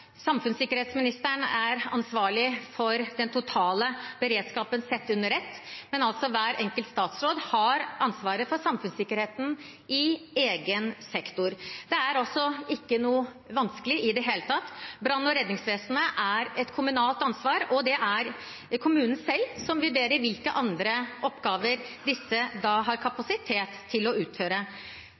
Samfunnssikkerhetsministeren er ansvarlig for den totale beredskapen sett under ett, men hver enkelt statsråd har ansvaret for samfunnssikkerheten i egen sektor. Det er altså ikke noe vanskelig i det hele tatt: Brann- og redningsvesenet er et kommunalt ansvar, og det er kommunen selv som vurderer hvilke andre oppgaver disse da har kapasitet til å utføre.